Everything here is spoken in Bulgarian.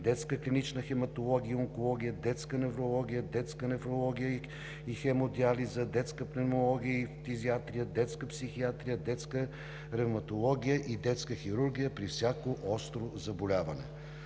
детска клинична хематология и онкология, детска неврология, детска нефрология и хемодиализа, детска пневмология и фтизиатрия, детска психиатрия, детска ревматология и детска хирургия при всяко остро заболяване.